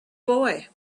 boy